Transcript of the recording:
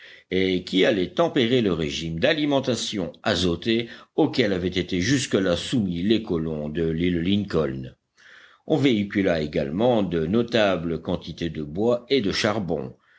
et qui allaient tempérer le régime d'alimentation azotée auquel avaient été jusque-là soumis les colons de l'île lincoln on véhicula également de notables quantités de bois et de charbon